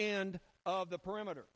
end of the perimeter